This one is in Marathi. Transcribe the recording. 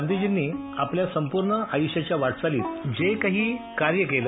गांधीजींनी आपल्या संपूर्ण आयुष्याच्या वाटचालीत जे काही कार्य केलं